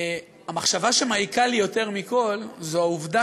המחשבה שמעיקה עלי יותר מכול זו העובדה